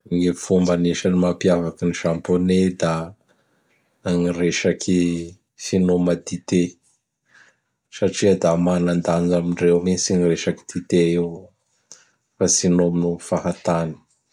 Gny fomba agnisan'ny mampiavaky gny Japonais da gny resaky finoma dité satria da tena manan-danja amindreo mihintsy i resaky dité io fa tsy nominomy fatany.